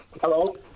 Hello